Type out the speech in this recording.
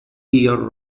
year